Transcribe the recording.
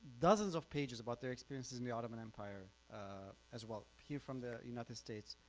dozens of pages about their experiences the ottoman empire as well, here from the united states,